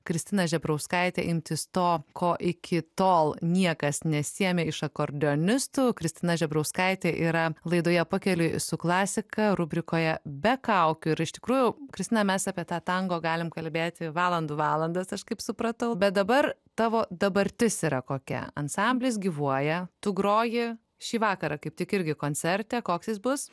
kristiną žebrauskaitę imtis to ko iki tol niekas nesiėmė iš akordeonistų kristina žebrauskaitė yra laidoje pakeliui su klasika rubrikoje be kaukių ir iš tikrųjų kristina mes apie tą tango galim kalbėti valandų valandas aš kaip supratau bet dabar tavo dabartis yra kokia ansamblis gyvuoja tu groji šį vakarą kaip tik irgi koncerte koks jis bus